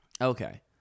okay